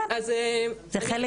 זה חלק